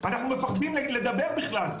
אנחנו מפחדים לדבר בכלל.